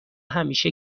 همیشه